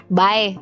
bye